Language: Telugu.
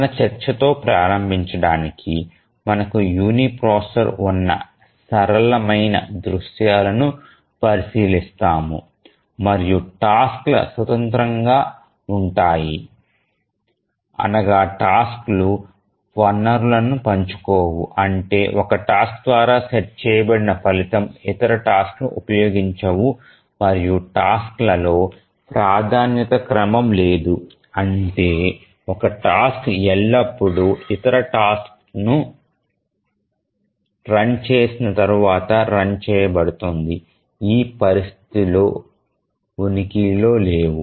మన చర్చతో ప్రారంభించడానికి మనకు యునిప్రాసెసర్ ఉన్న సరళమైన దృశ్యాలను పరిశీలిస్తాము మరియు టాస్క్ ల స్వతంత్రంగా ఉంటాయి అనగా టాస్క్ లు వనరులను పంచుకోవు అంటే ఒక టాస్క్ ద్వారా సెట్ చేయబడిన ఫలితం ఇతర టాస్క్ లు ఉపయోగించవు మరియు టాస్క్ లలో ప్రాధాన్యత క్రమం లేదు అంటే ఒక టాస్క్ ఎల్లప్పుడూ ఇతర టాస్క్ ను రన్ చేసిన తరువాత రన్ చేయబడుతుంది ఆ పరిస్థితులు ఉనికిలో లేవు